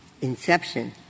inception